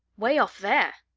way off there?